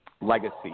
legacy